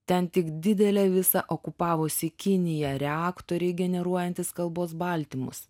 ten tik didelė visa okupavusi kinija reaktoriai generuojantys kalbos baltymus